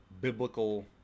biblical